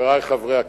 חברי חברי הכנסת,